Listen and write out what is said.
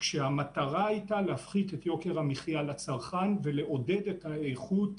כשהמטרה הייתה להפחית את יוקר המחיה לצרכן ולעודד את האיכות